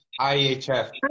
IHF